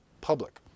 public